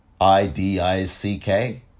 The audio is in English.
I-D-I-C-K